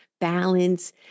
balance